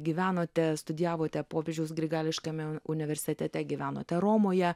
gyvenote studijavote popiežiaus grigališkajame universitete gyvenote romoje